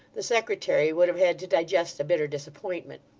the secretary would have had to digest a bitter disappointment.